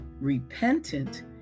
Repentant